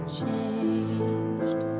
changed